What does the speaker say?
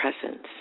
presence